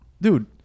dude